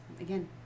again